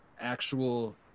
actual